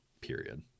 Period